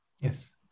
Yes